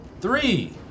Three